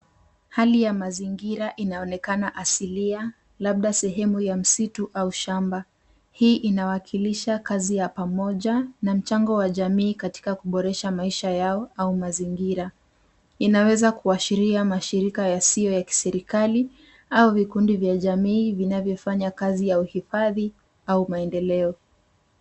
Hali ya mazingira inaonekana asilia, labda sehemu ya msitu au shamba. Hii inawakilisha kazi ya pamoja, na mchango wa jamii katika kuboresha maisha yao, au mazingira. Inaweza kuashiria mashirika yasiyo ya kiserikali, au vikundi vya jamii vinavyofanya kazi ya uhifadhi, au maendeleo.